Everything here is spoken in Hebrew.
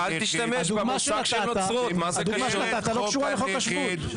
הדוגמה שנתת לא קשורה לחוק השבות.